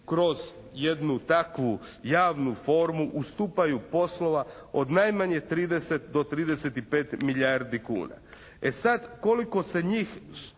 kroz jednu takvu javnu formu ustupaju poslova od najmanje 30 do 35 milijardi kuna. E sada koliko se njih,